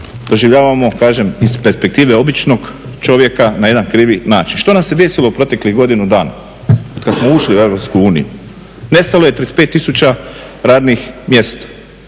doživljava se kažem iz perspektive običnog čovjeka na jedan krivi način. Što nam se desilo proteklih godinu dana od kada smo ušli u EU? Nestalo je 35 tisuća radnih mjesta,